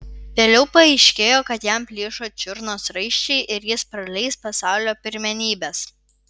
vėliau paaiškėjo kad jam plyšo čiurnos raiščiai ir jis praleis pasaulio pirmenybes